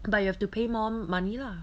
but you have to pay more money lah